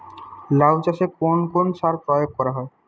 লাউ চাষে কোন কোন সার প্রয়োগ করা হয়?